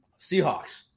Seahawks